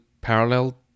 parallel